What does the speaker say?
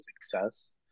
success